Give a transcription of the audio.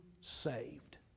saved